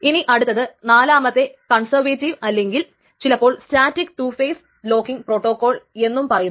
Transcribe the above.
ഇനി അടുത്തത് 4 മത്തെത് കൺസർവേറ്റിവ് അല്ലെങ്കിൽ ചിലപ്പോൾ static two phase locking protocol എന്നും പറയുന്നു